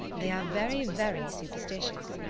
they are very, very superstitious.